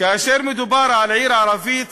כאשר מדובר על עיר ערבית,